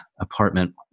apartment